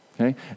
okay